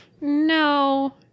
No